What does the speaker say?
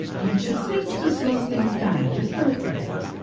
he just needs to slow things down, just a little bit.